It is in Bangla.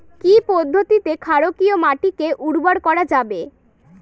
কি পদ্ধতিতে ক্ষারকীয় মাটিকে উর্বর করা যাবে?